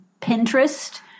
Pinterest